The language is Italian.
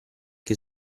che